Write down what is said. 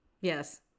Yes